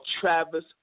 Travis